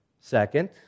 Second